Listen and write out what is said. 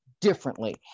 differently